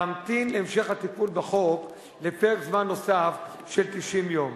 להמתין להמשך הטיפול בחוק לפרק זמן נוסף של 90 יום.